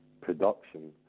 production